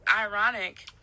ironic